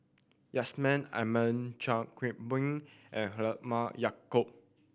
Yusman Aman Chan Kim Boon and Halimah Yacob